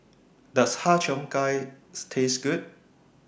Does Har Cheong Gai Taste Good